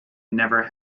never